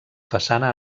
façana